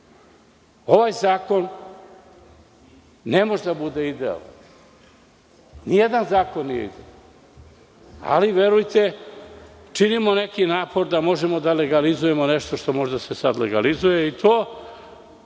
Ovaj zakon ne može da bude idealan. Nijedan zakon nije idealan. Ali, verujte, činimo neki napor da možemo da legalizujemo nešto što može sada da se legalizuje.